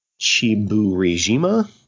Chiburijima